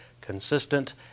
consistent